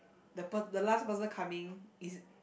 the per~ the last person coming is